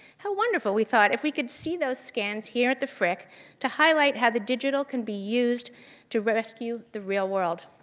how wonderful, we thought, if we could see those scans here at the frick to highlight how the digital can be used to rescue the real world.